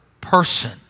person